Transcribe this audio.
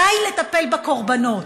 די לטפל בקורבנות.